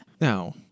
now